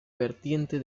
vertiente